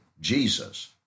Jesus